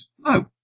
No